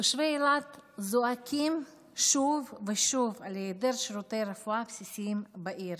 תושבי אילת זועקים שוב ושוב על היעדר שירותי רפואה בסיסיים בעיר.